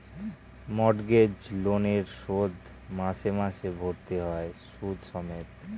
mortgage লোনের শোধ মাসে মাসে ভরতে হয় সুদ সমেত